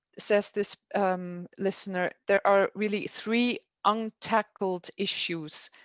says this listener, there are really three and tackled issues.